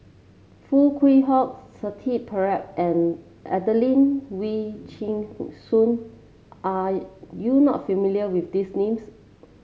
Foo Kwee Horng Shanti Pereira and Adelene Wee Chin Suan are you not familiar with these names